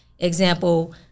Example